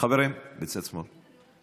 חברים בצד שמאל.